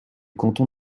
canton